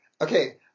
okay